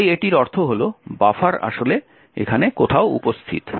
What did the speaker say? তাই এটির অর্থ হল বাফার আসলে এখানে কোথাও উপস্থিত